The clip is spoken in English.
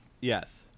Yes